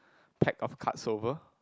pack of cards over